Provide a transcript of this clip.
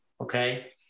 okay